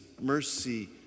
mercy